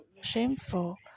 shameful